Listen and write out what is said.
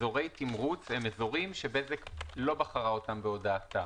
אזורי תמרוץ הם אזורים סטטיסטיים שבזק לא בחרה אותם בהודעתה.